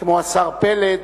כמו השר פלד.